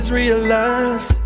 realize